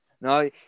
No